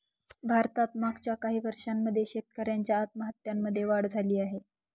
भारतात मागच्या काही वर्षांमध्ये शेतकऱ्यांच्या आत्महत्यांमध्ये वाढ झाली आहे